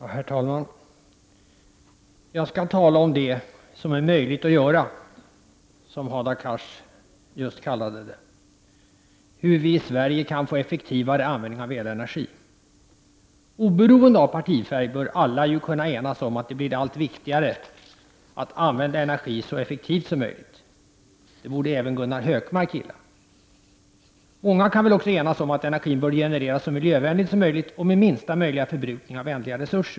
Herr talman! Jag skall tala om det som är möjligt att göra, som Hadar Cars just kallade det, om hur vi i Sverige kan få effektivare användning av elenergi. Oberoende av partifärg bör alla kunna enas om att det blir allt viktigare att använda energi så effektivt som möjligt. Det borde även Gunnar Hökmark gilla. Många kan väl också enas om att energin bör genereras så miljövänligt som möjligt och med minsta möjliga förbrukning av ändliga resurser.